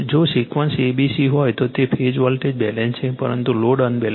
જો sequence a c b હોય તો તે ફેઝ વોલ્ટેજ બેલેન્સ છે પરંતુ લોડ અનબેલેન્સ લોડ છે